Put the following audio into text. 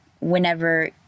whenever